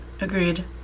Agreed